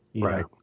right